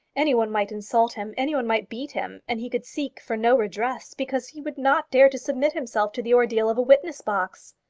any one might insult him, any one might beat him, and he could seek for no redress because he would not dare to submit himself to the ordeal of a witness-box.